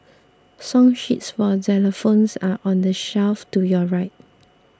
song sheets for xylophones are on the shelf to your right